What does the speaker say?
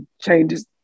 changes